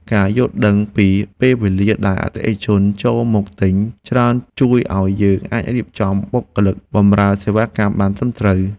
ការយល់ដឹងពីពេលវេលាដែលអតិថិជនចូលមកទិញច្រើនជួយឱ្យយើងអាចរៀបចំបុគ្គលិកបំរើសេវាកម្មបានត្រឹមត្រូវ។